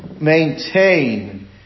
maintain